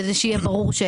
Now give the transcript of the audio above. כדי שיהיה ברור,